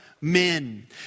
men